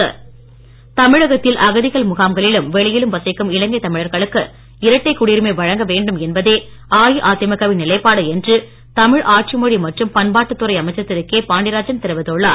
குடியுரிமை தமிழகத்தில் அகதிகள் முகாம்களிலும் வெளியிலும் வசிக்கும் இலங்கை தமிழர்களுக்கு இரட்டை குடியுரிமை வழங்கவேண்டும் என்பதே அஇஅதிமுகவின் நிலைப்பாடு என்று தமிழ் ஆட்சி மொழி மற்றும் பண்பாட்டு துறை அமைச்சர் திரு கே பாண்டியராஜன் தெரிவித்துள்ளார்